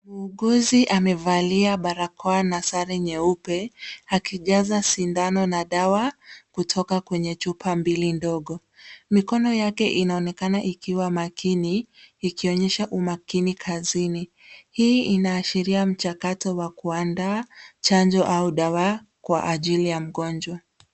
Muuguzi amevalia barakoa na sare nyeupe akijaza sindano na dawa kutoka kwenye chupa mbili ndogo. Mikono yake inaonekana ikiwa makini, ikionyesha umakini kazini. Hii inaashiria mchakato wa kuandaa chanjo au dawa kwa ajili ya mgonjwa.